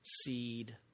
seed